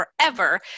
forever